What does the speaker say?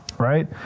Right